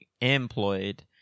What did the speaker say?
employed